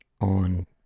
on